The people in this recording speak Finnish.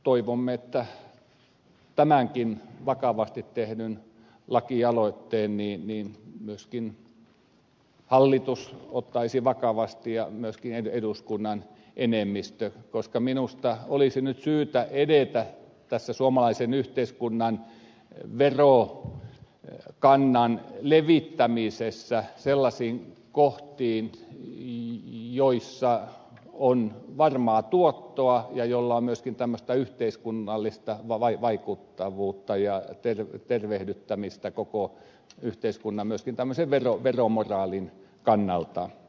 toivomme että tämänkin vakavasti tehdyn lakialoitteen myöskin hallitus ottaisi vakavasti ja myöskin eduskunnan enemmistö koska minusta olisi nyt syytä edetä tässä suomalaisen yhteiskunnan verokannan levittämisessä sellaisiin kohtiin joissa on varmaa tuottoa ja jolla on myöskin tämmöistä yhteiskunnallista ja tervehdyttävää vaikuttavuutta koko yhteiskunnan myöskin tämmöisen veromoraalin kannalta